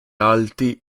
alti